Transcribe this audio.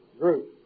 group